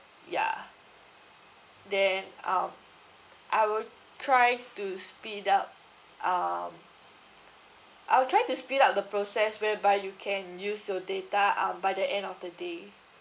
ya then um I will try to speed up um I'll try to speed up the process whereby you can use your data um by the end of the day